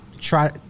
try